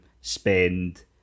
spend